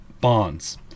bonds